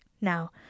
Now